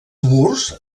murs